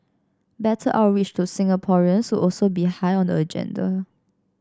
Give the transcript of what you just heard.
better outreach to Singaporeans also be high on the agenda